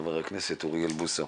חבר הכנסת אוריאל בוסו,